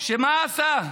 שמה עשה?